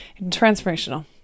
Transformational